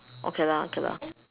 okay lah okay lah